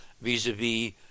vis-a-vis